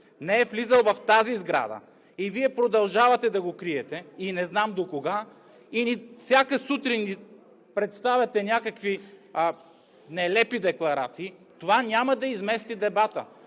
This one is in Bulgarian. не е влизал в тази сграда и Вие продължавате да го криете, и не знам докога, и всяка сутрин ни представяте някакви нелепи декларации – това няма да измести дебата.